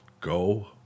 Go